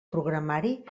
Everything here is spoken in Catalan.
programari